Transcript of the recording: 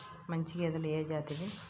మంచి గేదెలు ఏ జాతివి?